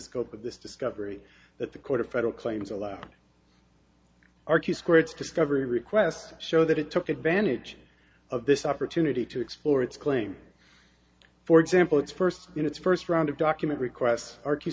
scope of this discovery that the court of federal claims allowed argue squids discovery request show that it took advantage of this opportunity to explore its claim for example its first in its first round of document requests ar